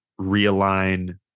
realign